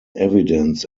evidence